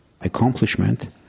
accomplishment